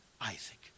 Isaac